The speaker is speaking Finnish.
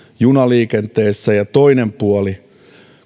junaliikenteessä ja toinen puoli